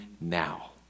now